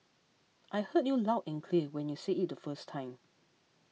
I heard you loud and clear when you said it the first time